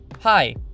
hi